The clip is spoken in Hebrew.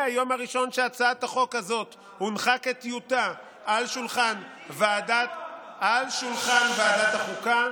מהיום הראשון שהצעת החוק הזאת הונחה כטיוטה על שולחן ועדת החוקה,